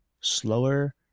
slower